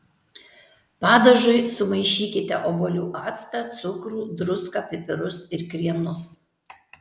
padažui sumaišykite obuolių actą cukrų druską pipirus ir krienus